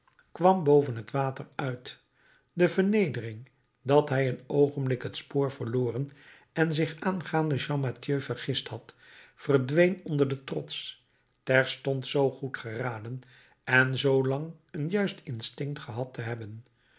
kwam boven t water uit de vernedering dat hij een oogenblik het spoor verloren en zich aangaande champmathieu vergist had verdween onder den trots terstond zoo goed geraden en zoo lang een juist instinct gehad te hebben